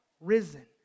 risen